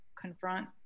confront